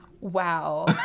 Wow